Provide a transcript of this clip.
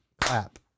clap